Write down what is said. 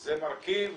זה מרכיב